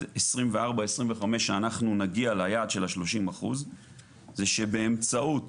2025-2024 שאנחנו נגיע ליעד של ה-30% זה שבאמצעות